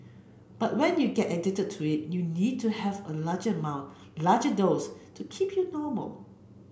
but when you get addicted to it you need to have a larger amount larger dose to keep you normal